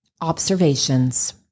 Observations